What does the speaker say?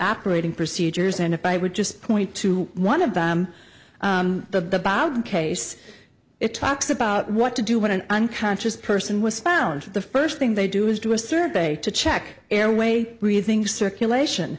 operating procedures and if i would just point to one of the case it talks about what to do when an unconscious person was found the first thing they do is do a survey to check airway breathing circulation